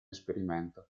esperimento